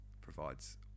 provides